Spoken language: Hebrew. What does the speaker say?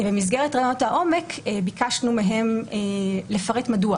ובמסגרת ראיונות העומק ביקשנו מהם לפרט מדוע,